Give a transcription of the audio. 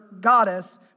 goddess